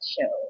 Show